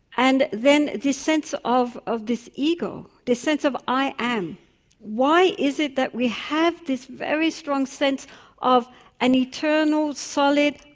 and then the sense of of this ego, this sense of i am why is it that we have this very strong sense of an eternal, solid,